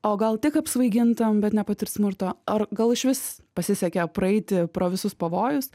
o gal tik apsvaigintam bet nepatirt smurto ar gal išvis pasisekė praeiti pro visus pavojus